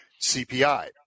CPI